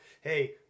hey –